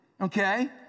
okay